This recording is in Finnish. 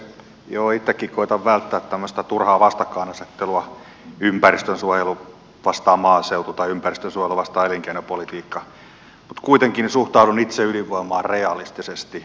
itsekin koetan välttää tämmöistä turhaa vastakkainasettelua ympäristönsuojelu vastaan maaseutu tai ympäristönsuojelu vastaan elinkeinopolitiikka mutta kuitenkin suhtaudun itse ydinvoimaan realistisesti